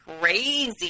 crazy